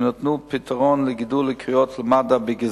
שנתנו פתרון לגידול בקריאות למגן-דוד-אדום בגזרה.